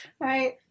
right